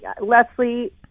Leslie